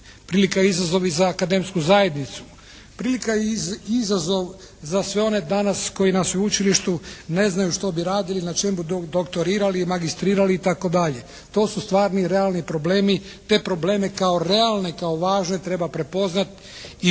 Prilika i izazov i za akademsku zajednicu. Prilika i izazov za sve one danas koji na sveučilištu ne znaju što bi radili, na čemu bi doktorirali i magistrirali itd. To su stvarni i realni problemi, te probleme kao realne, kao važne treba prepoznati